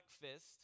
breakfast